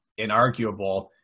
inarguable